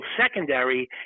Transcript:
secondary